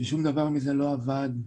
ושום דבר מזה לא עבד.